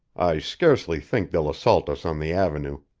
i scarcely think they'll assault us on the avenue.